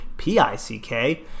P-I-C-K